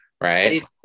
Right